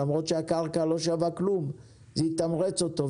למרות שהקרקע לא שווה כלום, זה יתמרץ אותו.